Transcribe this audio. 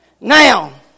Now